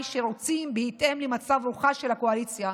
שרוצים בהתאם למצב רוחה של הקואליציה.